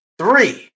three